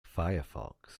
firefox